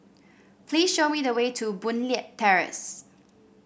please show me the way to Boon Leat Terrace